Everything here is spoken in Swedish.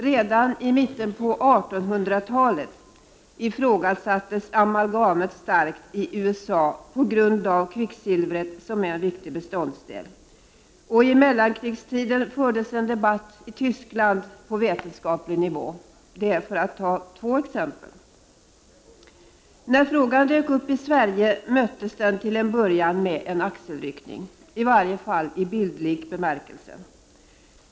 Redan i mitten av 1800-talet ifrågasattes amalgamet starkt i USA på grund av kvicksilvret som är en viktig beståndsdel, och under mellankrigstiden fördes en debatt i Tyskland på vetenskaplig nivå — för att ta två exempel. När frågan dök upp i Sverige möttes den till en början med en axelryckning, i varje fall i bildlig bemärkelse.